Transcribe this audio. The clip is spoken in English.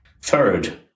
Third